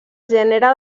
gènere